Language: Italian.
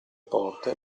porte